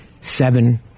seven